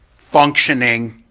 functioning,